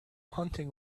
hunting